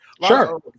Sure